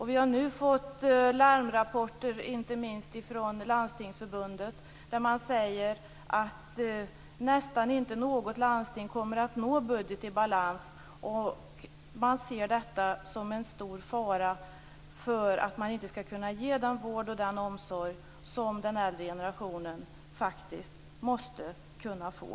Vi har nu fått larmrapporter, inte minst från Landstingsförbundet, om att nästan inte något landsting kommer att nå en budget i balans. Man ser detta som en stor fara för att man inte skall kunna ge den vård och den omsorg som den äldre generationen faktiskt måste kunna få.